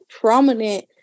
prominent